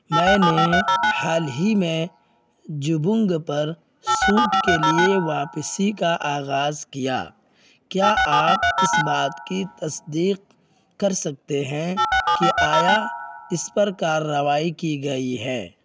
میں نے حال ہی میں جبونگ پر سوٹ کے لیے واپسی کا آغاز کیا کیا آپ اس بات کی تصدیق کر سکتے ہیں کہ آیا اس پر کارروائی کی گئی ہے